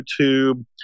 youtube